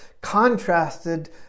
contrasted